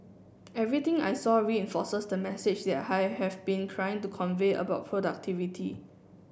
everything I saw reinforces the message I have been trying to convey about productivity